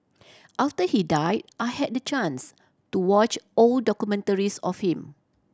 after he died I had the chance to watch old documentaries of him